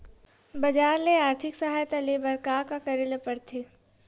बजार ले आर्थिक सहायता ले बर का का करे ल पड़थे?